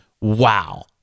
Wow